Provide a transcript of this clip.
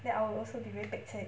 then I will also be very pek cek